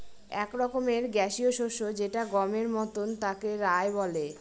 এক রকমের গ্যাসীয় শস্য যেটা গমের মতন তাকে রায় বলে